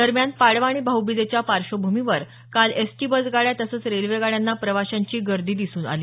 दरम्यान पाडवा आणि भाऊबीजेच्या पार्श्वभूमीवर काल एसटी बस गाड्या तसंच रेल्वे गाड्यांना प्रवाशांची गर्दी दिसून आली